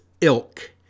ilk